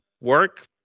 work